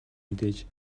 мэдээж